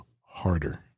harder